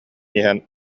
иһэн